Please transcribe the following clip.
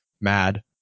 Mad